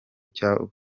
cy’ubutwari